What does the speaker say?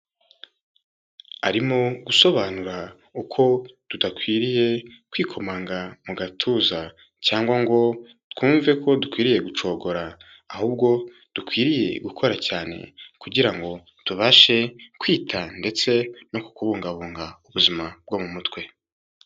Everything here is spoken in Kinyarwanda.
Arimo gusobanura uko tudakwiriye kwikomanga mu gatuza cyangwa ngo twumve ko dukwiriye gucogora ahubwo dukwiriye gukora cyane, kugira ngo tubashe kwita ndetse no ku kubungabunga ubuzima bwo mu mutwe.